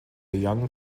young